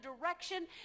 direction